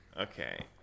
Okay